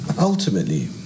Ultimately